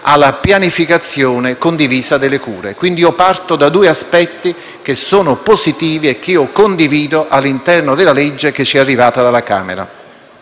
alla pianificazione condivisa delle cure. Quindi parto da due aspetti che sono positivi e che condivido all'interno della legge che ci è arrivata dalla Camera.